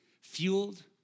fueled